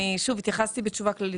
התייחסתי בתשובה כללית.